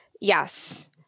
Yes